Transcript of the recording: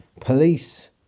police